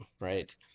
right